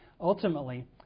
Ultimately